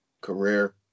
career